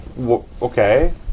Okay